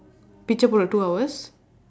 picture for the two hours